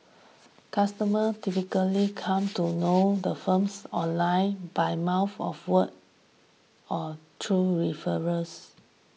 customers typically come to know the firms online by mouth of what or through referrals